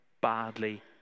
badly